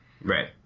Right